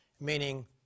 meaning